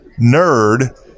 nerd –